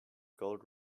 gold